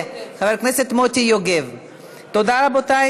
של חבר הכנסת אוסאמה סעדי וקבוצת חברי הכנסת,